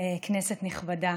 כנסת נכבדה,